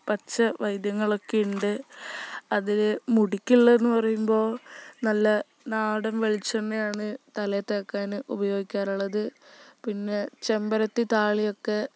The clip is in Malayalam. പച്ച വൈദ്യങ്ങളൊക്കെയുണ്ട് അതില് മുടിക്കുള്ളതെന്നു പറയുമ്പോള് നല്ല നാടൻ വെളിച്ചെണ്ണയാണ് തലയില് തേക്കാന് ഉപയോഗിക്കാറുള്ളത് പിന്നെ ചെമ്പരത്തിത്താളിയൊക്കെ